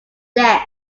death